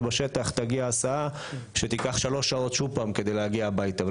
בשטח תגיע הסעה שתיקח שלוש שעות שוב פעם כדי להגיע הביתה.